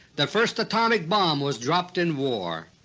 the first atomic bomb was dropped in war.